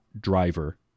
driver